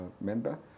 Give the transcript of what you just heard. member